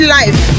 life